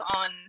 on